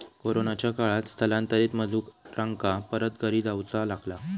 कोरोनाच्या काळात स्थलांतरित मजुरांका परत घरी जाऊचा लागला